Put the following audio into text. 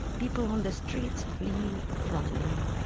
people on the streets flee from me,